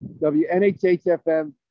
WNHHFM